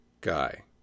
guy